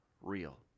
real